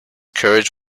courage